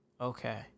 Okay